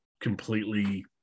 completely